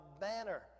banner